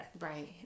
Right